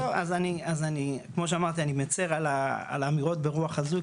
אז כמו שאמרתי אני מצר על האמירות ברוח הזו,